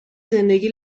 زندگی